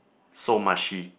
so mushy